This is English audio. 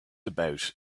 about